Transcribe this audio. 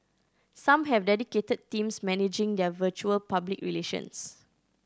some have dedicated teams managing their virtual public relations